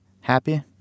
happy